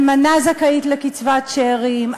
אלמנה זכאית לקצבת שאירים,